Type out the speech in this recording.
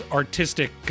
artistic